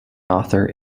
author